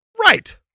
Right